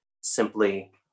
simply